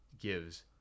gives